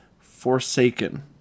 Forsaken